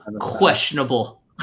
questionable